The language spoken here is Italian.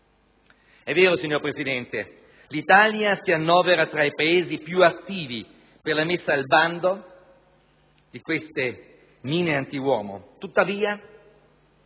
di morti. Signor Presidente, è vero che l'Italia si annovera tra i Paesi più attivi per la messa al bando di queste mine antiuomo, tuttavia